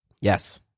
Yes